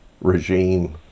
regime